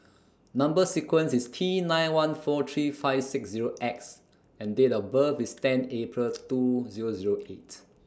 Number sequence IS T nine one four three five six Zero X and Date of birth IS ten April two Zero Zero eight